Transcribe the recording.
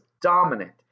dominant